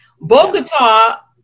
Bogota